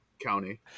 County